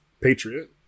Patriot